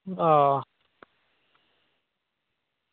आं